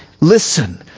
listen